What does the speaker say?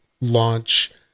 launch